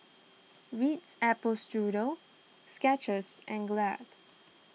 Ritz Apple Strudel Skechers and Glad